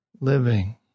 living